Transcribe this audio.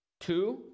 Two